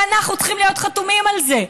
ואנחנו צריכים להיות חתומים על זה,